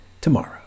tomorrow